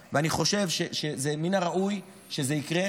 אני חושב שמן הראוי שזה יקרה,